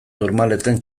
tourmaleten